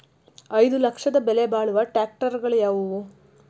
ಐದು ಲಕ್ಷದ ಬೆಲೆ ಬಾಳುವ ಟ್ರ್ಯಾಕ್ಟರಗಳು ಯಾವವು?